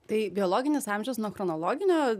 tai biologinis amžius nuo chronologinio